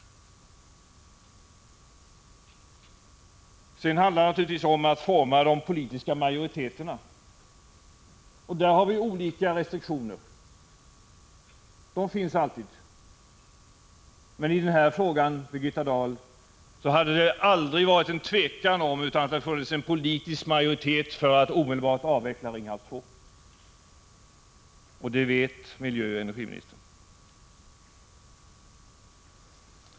Sedan handlar det naturligtvis om att forma de politiska majoriteterna. Där har vi olika restriktioner — de finns alltid. Men i denna fråga, Birgitta Dahl, hade det aldrig varit något tvivel om att det hade funnits en politisk majoritet för att omedelbart avveckla Ringhals 2. Det vet miljöoch energiministern.